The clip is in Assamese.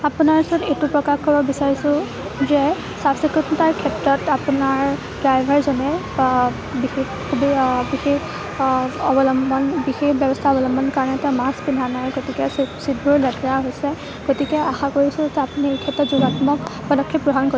আপোনাৰ ওচৰত এইটো প্ৰকাশ কৰিব বিছাৰিছোঁ যে চাফ চিকুনতাৰ ক্ষেত্ৰত আপোনাৰ ড্ৰাইভাৰজনে বিশেষ বিশেষ অৱলম্বন বিশেষ ব্য়ৱস্থা অৱলম্বন কৰা নাই তেওঁ মাস্ক পিন্ধা নাই গোটেই ছিটবোৰো লেতেৰা হৈছে গতিকে আশা কৰিছোঁ আপুনি এই ক্ষেত্ৰত যোগাত্মক পদক্ষেপ গ্ৰহণ